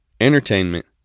entertainment